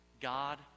God